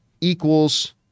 equals